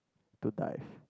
to dive